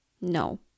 No